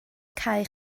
cae